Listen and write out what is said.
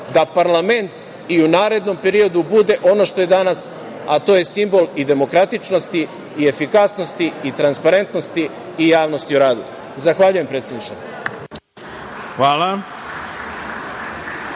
da parlament i u narednom periodu bude ono što je danas, a to je simbol i demokratičnosti i efikasnosti i transparentnosti i javnosti u radu. Zahvaljujem predsedniče. **Ivica